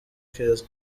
keza